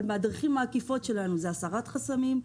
אבל בדרכים עקיפות שלנו זה הסרת חסמים,